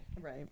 right